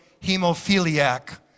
hemophiliac